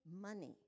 money